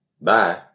Bye